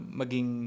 maging